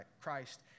Christ